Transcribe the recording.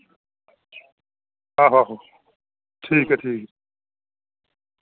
आहो आहो ठीक ऐ ठीक